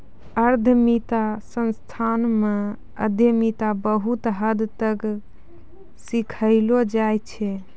उद्यमिता संस्थान म उद्यमिता बहुत हद तक सिखैलो जाय छै